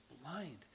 blind